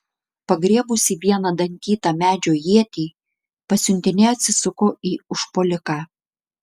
pagriebusi vieną dantytą medžio ietį pasiuntinė atsisuko į užpuoliką